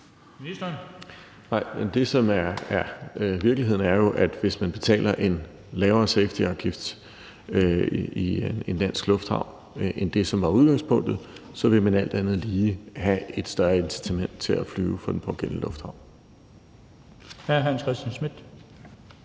Engelbrecht): Nej, det, som er virkeligheden, er jo, at hvis man betaler en lavere safetyafgift i en dansk lufthavn end det, som var udgangspunktet, vil man alt andet lige have et større incitament til at flyve fra den pågældende lufthavn. Kl. 15:52 Den fg.